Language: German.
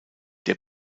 der